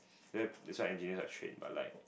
there that's why engineers are strict but like